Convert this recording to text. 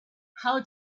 how